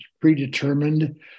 predetermined